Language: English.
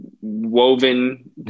woven